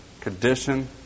condition